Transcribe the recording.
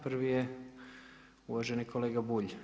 Prvi je uvaženi kolega Bulj.